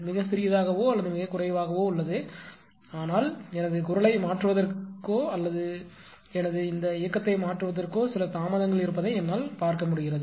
மிகச் சிறியதாகவோ அல்லது மிகக் குறைவாகவோ உள்ளது ஆனால் எனது குரலை மாற்றுவதற்கோ அல்லது எனது இந்த இயக்கத்தை மாற்றுவதற்கோ சில தாமதங்கள் இருப்பதை என்னால் பார்க்க முடிகிறது